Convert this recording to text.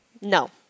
No